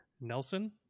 Nelson